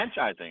franchising